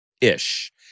ish